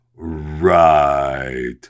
Right